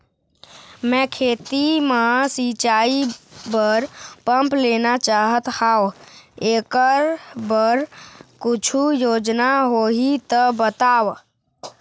मैं खेती म सिचाई बर पंप लेना चाहत हाव, एकर बर कुछू योजना होही त बताव?